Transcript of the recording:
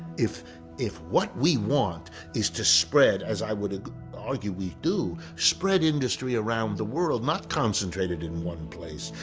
if if what we want is to spread, as i would argue we do, spread industry around the world, not concentrated in one place.